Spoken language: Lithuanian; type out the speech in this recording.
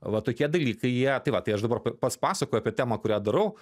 va tokie dalykai jie tai va tai aš dabar pa pasakoju apie temą kurią darau